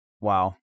wow